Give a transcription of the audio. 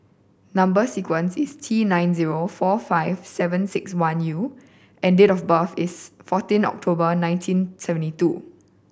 number sequence is T nine zero four five seven six one U and date of birth is fourteen October nineteen seventy two